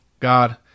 God